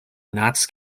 notts